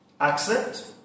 Accept